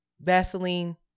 vaseline